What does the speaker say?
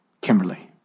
Kimberly